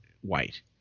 white